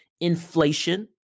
inflation